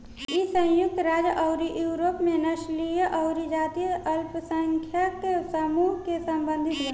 इ संयुक्त राज्य अउरी यूरोप में नस्लीय अउरी जातीय अल्पसंख्यक समूह से सम्बंधित बा